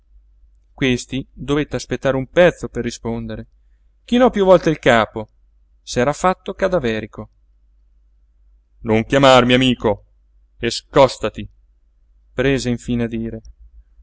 questi dovette aspettare un pezzo per rispondere chinò piú volte il capo s'era fatto cadaverico non chiamarmi amico e scòstati prese infine a dire